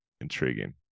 intriguing